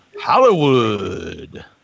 Hollywood